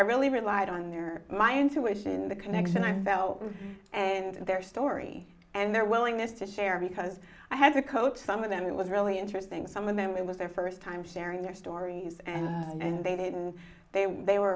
i really relied on their my intuition the connection i felt and their story and their willingness to share because i had to cope some of them it was really interesting some of them it was their first time sharing their stories and and they didn't they